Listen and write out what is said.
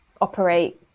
operate